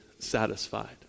satisfied